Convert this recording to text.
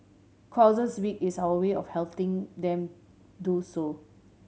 causes week is our way of helping them do so